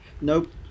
nope